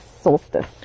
solstice